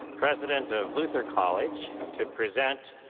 president of luther college, to present